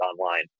online